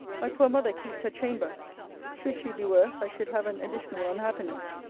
my poor mother keeps her chamber should she be worse, i should have an additional unhappiness,